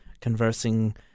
conversing